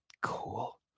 cool